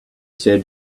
said